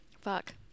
Fuck